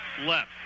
left